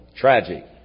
Tragic